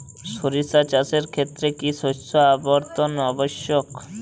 সরিষা চাষের ক্ষেত্রে কি শস্য আবর্তন আবশ্যক?